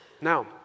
Now